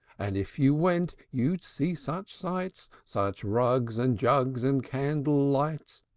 and, if you went, you'd see such sights! such rugs and jugs and candle-lights!